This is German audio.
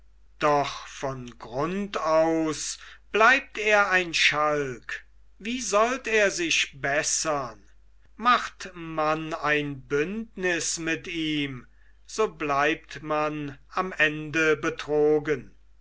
doch von grund aus bleibt er ein schalk wie sollt er sich bessern macht man ein bündnis mit ihm so bleibt man am ende betrogen